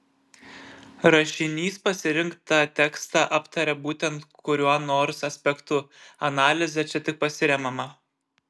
rašinys pasirinktą tekstą aptaria būtent kuriuo nors aspektu analize čia tik pasiremiama